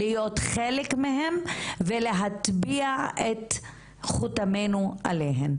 להיות חלק מהם ולהטביע את חותמנו עליהם.